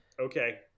Okay